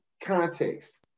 context